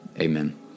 Amen